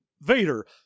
Vader